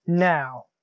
now